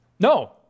No